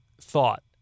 thought